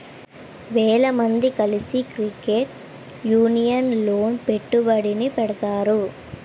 వేల మంది కలిసి క్రెడిట్ యూనియన్ లోన పెట్టుబడిని పెడతారు